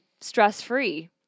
stress-free